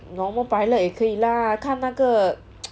normal pilot 也可以 lah 看那个